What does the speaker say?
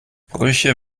brüche